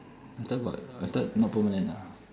I thought got I thought not permanent ah